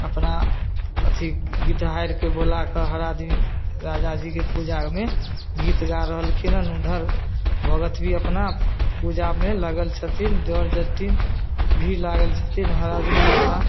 अपना अथी गीतहारिके बोलाकऽ हर आदमी राजाजीके पूजामे गीत गा रहलखिन हँ उधर भगत भी अपना पू पूजामे लागल छथिन जट जटिन भी लागल छथिन हर आदमी अपना